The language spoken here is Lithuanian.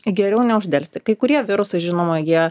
geriau neuždelsti kai kurie virusai žinoma jie